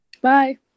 Bye